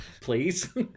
please